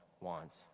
wants